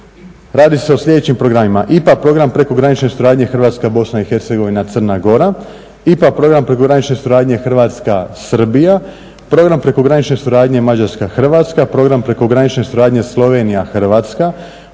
Radi se o sljedećim programima IPA Program prekogranične suradnje Hrvatska-BiH-Crna Gora, IPA Program prekogranične suradnje Hrvatska-Srbija, Program prekogranične suradnje Mađarska-Hrvatska, Program prekogranične suradnje Slovenija-Hrvatska,